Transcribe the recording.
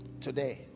today